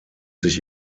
sich